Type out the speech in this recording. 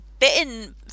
bitten